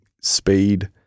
speed